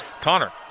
Connor